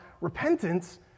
Repentance